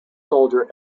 soldier